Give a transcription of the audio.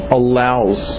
allows